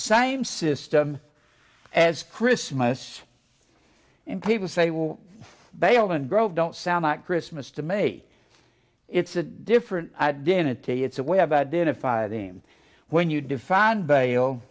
same system as christmas and people say will bail and grove don't sound like christmas to me it's a different identity it's a way of identify them when you define b